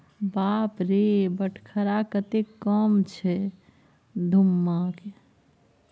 बाप रे बटखरा कतेक कम छै धुम्माके